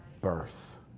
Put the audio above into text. Birth